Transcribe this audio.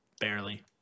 Barely